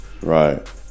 Right